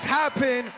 happen